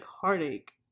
heartache